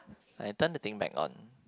I tend to think back on